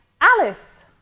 Alice